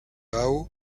hao